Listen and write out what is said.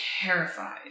terrified